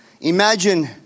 Imagine